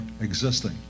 existing